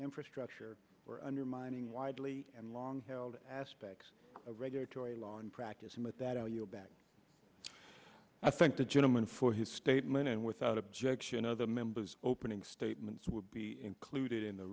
infrastructure or undermining widely and long held aspects of regulatory law and practicing with that i'll yield back i think the gentleman for his statement and without objection other members opening statements will be included in the